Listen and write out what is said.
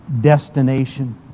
destination